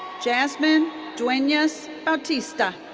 jazmin duenas-bautista.